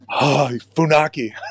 Funaki